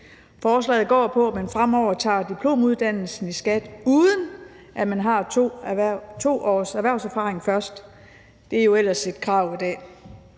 Forslaget går ud på, at man fremover kan tage diplomuddannelsen i skat, uden at man først har 2 års erhvervserfaring. Det er jo ellers et krav i dag.